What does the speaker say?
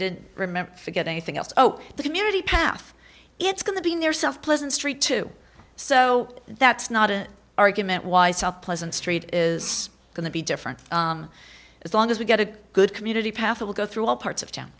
did remember to get anything else so the community path it's going to be in their self pleasant street too so that's not an argument why south pleasant street is going to be different as long as we get a good community path it will go through all parts of town